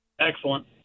Excellent